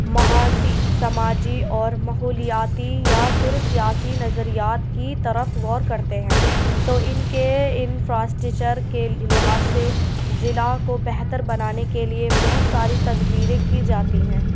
معاشی سماجی اور ماحولیاتی یا پھر سیاسی نظریات کی طرف غور کرتے ہیں تو اِن کے انفاسٹیچر کے لحاظ سے ضلع کو بہتر بنانے کے لیے سے بہت ساری تدبیریں کی جاتی ہیں